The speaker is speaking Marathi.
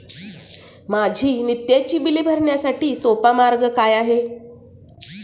माझी नित्याची बिले भरण्यासाठी सोपा मार्ग काय आहे?